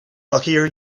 luckier